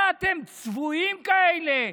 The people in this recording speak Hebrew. מה אתם צבועים כאלה?